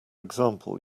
example